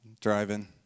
driving